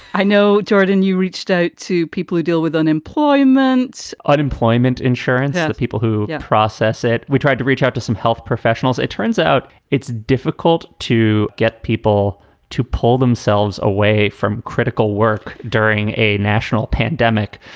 i know, jordan, you reached out to people who deal with unemployment, unemployment insurance and people who process it we tried to reach out to some health professionals. it turns out it's difficult to get people to pull themselves away from critical work during a national pandemic,